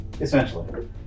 Essentially